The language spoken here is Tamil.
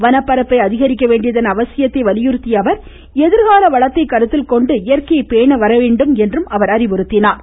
வன பரப்பை அதிகரிக்க வேண்டியதன் அவசியத்தை வலியுறுத்திய அவர் எதிர்கால வளத்தை கருத்தில்கொண்டு இயற்கையை பேண வேண்டும் என்று அறிவுறுத்தினார்